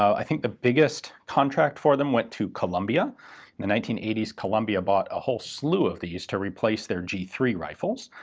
i think the biggest contract for them went to columbia. in the nineteen eighty s, columbia bought a whole slew of these to replace their g three rifles.